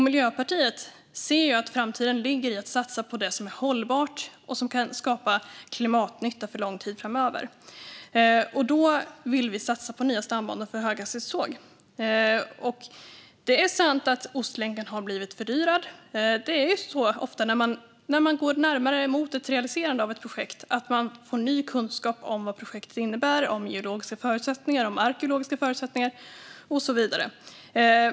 Miljöpartiet ser att framtiden ligger i att satsa på det som är hållbart och som kan skapa klimatnytta för lång tid framöver, och då vill vi satsa på nya stambanor för höghastighetståg. Det är sant att Ostlänken har blivit fördyrad. Det är ofta så när man går närmare mot ett realiserande av ett projekt att man får ny kunskap om vad projektet innebär, om geologiska förutsättningar, om arkeologiska förutsättningar och så vidare.